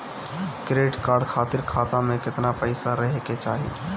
Credit card खातिर खाता में केतना पइसा रहे के चाही?